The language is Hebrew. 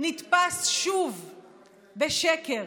נתפס שוב בשקר,